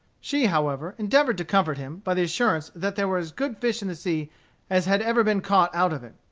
she however endeavored to comfort him by the assurance that there were as good fish in the sea as had ever been caught out of it.